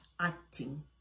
acting